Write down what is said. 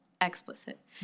explicit